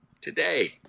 today